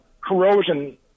corrosion